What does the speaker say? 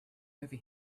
over